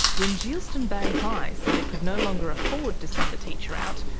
when geilston bay high said it could no longer afford to send the teacher out,